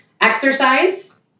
exercise